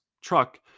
truck